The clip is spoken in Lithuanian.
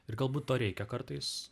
ir galbūt to reikia kartais